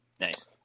nice